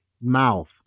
mouth